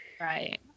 Right